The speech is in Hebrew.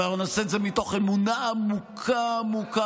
אבל אנחנו נעשה את זה מתוך אמונה עמוקה עמוקה